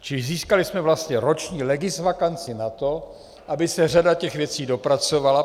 Čili získali jsme vlastně roční legisvakanci na to, aby se řada těch věcí dopracovala.